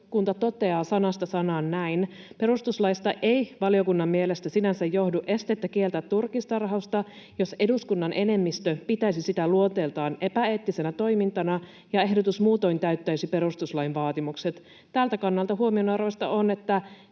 Valiokunta toteaa sanasta sanaan näin: ”Perustuslaista ei valiokunnan mielestä sinänsä johdu estettä kieltää turkistarhausta, jos eduskunnan enemmistö pitäisi sitä luonteeltaan epäeettisenä toimintana ja ehdotus muutoin täyttäisi perustuslain vaatimukset. Tältä kannalta huomionarvoista on, että